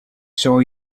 saw